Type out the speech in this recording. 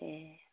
ए